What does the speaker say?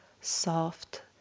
soft